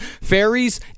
Fairies